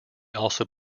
also